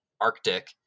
arctic